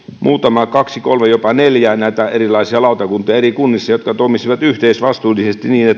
muutama kaksi kolme jopa neljä näitä erilaisia lautakuntia jotka toimisivat